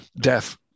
death